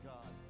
God